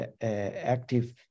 active